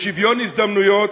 לשוויון הזדמנויות,